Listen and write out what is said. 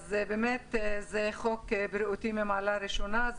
זה חוק בריאותי ממעלה ראשונה.